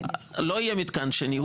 לא יהיה מתקן שני.